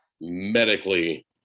medically